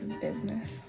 business